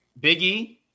biggie